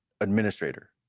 administrator